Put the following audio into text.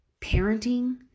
parenting